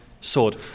sword